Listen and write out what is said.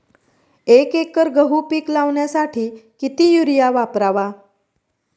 एक एकर गहू पीक लावण्यासाठी किती युरिया वापरावा?